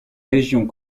régions